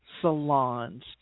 salons